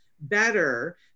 better